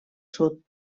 sud